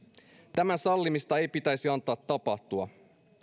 tämän sallimista ei pitäisi antaa tapahtua